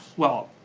well,